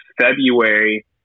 February